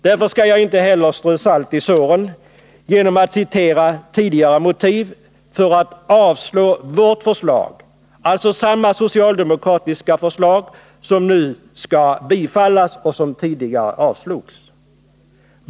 Därför skall jag inte heller strö salt i såren genom att citera tidigare motiv för att avslå vårt förslag — dvs. samma socialdemokratiska förslag som nu skall bifallas och som tidigare har avslagits.